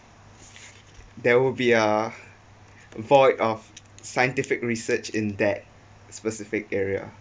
there will be a void of scientific research in that specific area